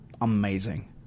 amazing